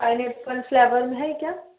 pine Apple flavour में है क्या